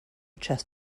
chess